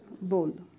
bowl